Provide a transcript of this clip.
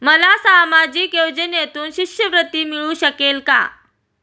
मला सामाजिक योजनेतून शिष्यवृत्ती मिळू शकेल का?